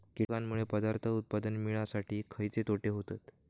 कीटकांनमुळे पदार्थ उत्पादन मिळासाठी खयचे तोटे होतत?